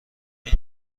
این